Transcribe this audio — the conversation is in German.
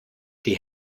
die